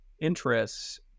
interests